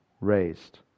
raised